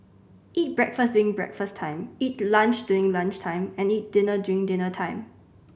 eat breakfast during breakfast time eat lunch during lunch time and eat dinner during dinner time